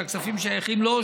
או שהכספים שייכים לו,